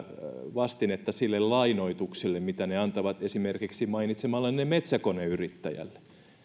vastinetta niille lainoituksille mitä ne antavat esimerkiksi mainitsemallenne metsäkoneyrittäjälle